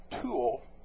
tool